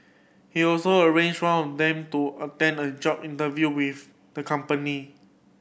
he also arranged one of them to attend a job interview with the company